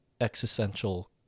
existential